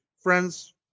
friends